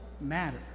matter